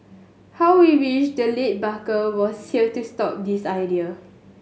how we wish the late Barker was here to stop this idea